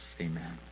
Amen